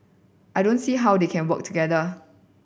I don't see how they can work together